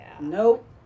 Nope